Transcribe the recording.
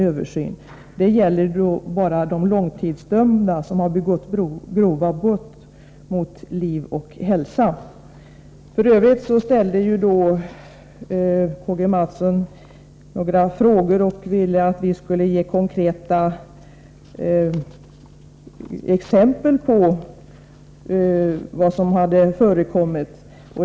Utredningen avser bara de långtidsdömda, som begått grova brott mot liv och hälsa. F. ö. ställde K.-G. Mathsson några frågor och ville att vi skulle ge konkreta exempel på vad som hade förekommit.